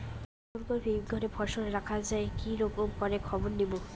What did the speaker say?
কুন কুন হিমঘর এ ফসল রাখা যায় কি রকম করে খবর নিমু?